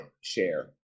share